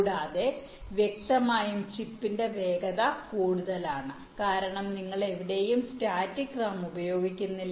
കൂടാതെ വ്യക്തമായും ചിപ്പ് വേഗത കൂടുതലാണ് കാരണം നിങ്ങൾ എവിടെയും സ്റ്റാറ്റിക് റാം ഉപയോഗിക്കുന്നില്ല